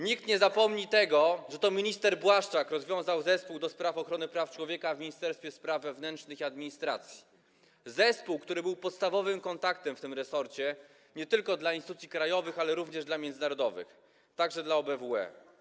Nikt nie zapomni tego, że to minister Błaszczak rozwiązał Zespół ds. Ochrony Praw Człowieka w Ministerstwie Spraw Wewnętrznych i Administracji, który był podstawowym kontaktem w tym resorcie nie tylko dla instytucji krajowych, ale również międzynarodowych, także dla OBWE.